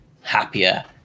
happier